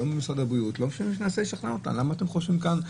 לא ממשרד הבריאות כדי שינסו לשכנע אותם ולברר מה הסיבה